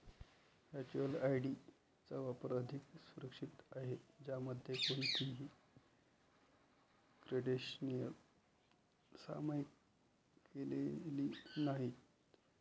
virtual ID चा वापर अधिक सुरक्षित आहे, ज्यामध्ये कोणतीही क्रेडेन्शियल्स सामायिक केलेली नाहीत